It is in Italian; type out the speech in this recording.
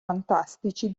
fantastici